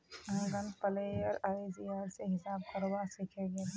uncle player ICR रे हिसाब करवा सीखे गेल